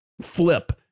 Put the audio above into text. flip